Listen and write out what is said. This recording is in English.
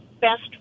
best